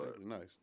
nice